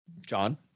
John